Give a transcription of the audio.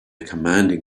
commanding